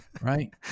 Right